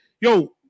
yo